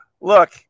Look